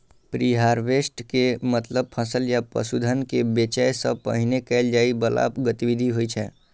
preharvest के मतलब फसल या पशुधन कें बेचै सं पहिने कैल जाइ बला गतिविधि होइ छै